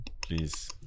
Please